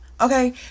Okay